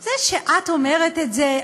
זה שאת אומרת את זה,